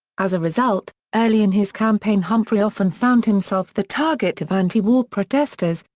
as a result, early in his campaign humphrey often found himself the target of anti-war protestors,